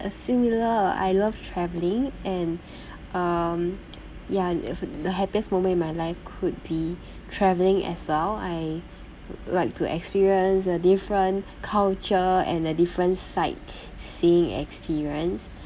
similar I love traveling and um ya th~ the happiest moment in my life could be traveling as well I like to experience a different culture and a different sight seeing experience